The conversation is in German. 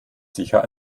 sicher